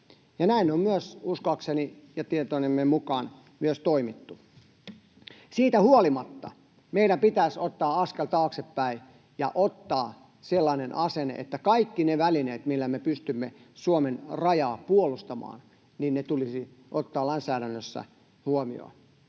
näin on myös uskoakseni ja tietojeni mukaan myös toimittu. Siitä huolimatta meidän pitäisi ottaa askel taaksepäin ja ottaa sellainen asenne, että kaikki ne välineet, millä me pystymme Suomen rajaa puolustamaan, tulisi ottaa lainsäädännössä huomioon.